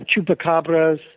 chupacabras